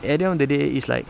at the end of the day it's like